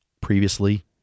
previously